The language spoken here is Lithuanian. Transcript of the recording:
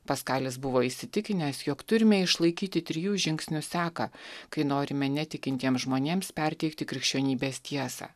paskalis buvo įsitikinęs jog turime išlaikyti trijų žingsnių seką kai norime netikintiem žmonėms perteikti krikščionybės tiesą